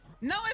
No